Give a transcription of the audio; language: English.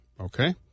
Okay